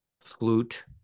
Flute